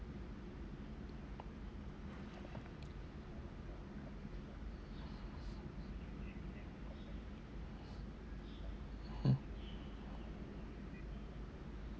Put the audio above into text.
mm